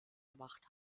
gemacht